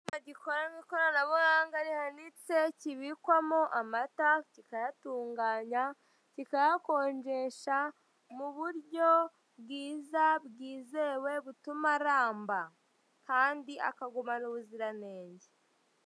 Icyuma gikora mu ikoranabuhanga rihanitse, kibikwamo amata kikayatunganya, kikayakonjesha mu buryo bwiza bwizewe butuma aramba kandi akagumana ubuziranenge.